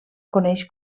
coneix